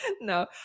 no